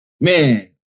man